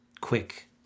quick